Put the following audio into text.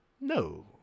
No